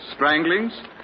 stranglings